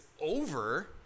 over